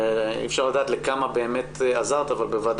ואי